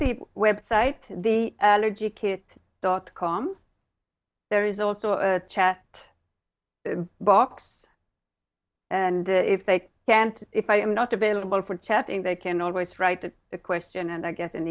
the website the allergy kid dot com there is also a chat box and if they can't if i am not available for chatting they can always write to the question and i get in